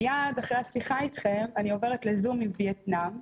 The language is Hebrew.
מייד אחרי השיחה אתכם, אני עוברת לזום עם ויאטנם.